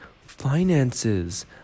finances